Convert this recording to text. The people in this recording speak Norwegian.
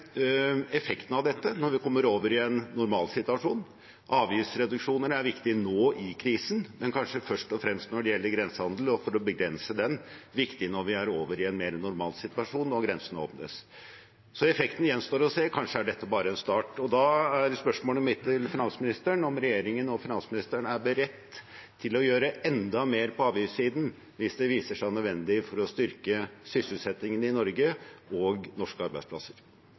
effekten av dette når vi kommer over i en normalsituasjon. Avgiftsreduksjoner er viktig nå i krisen, men er kanskje først og fremst viktig for grensehandelen, for å begrense den, når vi er over i en mer normal situasjon, og grensene åpnes. Så effekten gjenstår å se. Kanskje er dette bare en start. Da er spørsmålet mitt til finansministeren: Er regjeringen og finansministeren beredt til å gjøre enda mer på avgiftssiden hvis det viser seg nødvendig for å styrke sysselsettingen i Norge og norske arbeidsplasser?